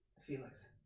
Felix